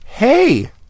Hey